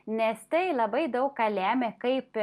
nes tai labai daug ką lemia kaip